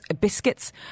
biscuits